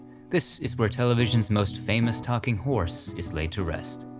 this is where television's most famous talking horse is laid to rest.